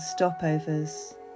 stopovers